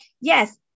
Yes